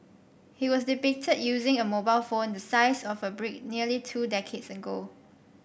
he was depicted using a mobile phone the size of a brick nearly two decades ago